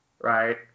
right